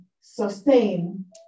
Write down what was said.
sustain